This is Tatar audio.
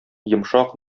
йомшак